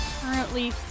currently